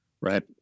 right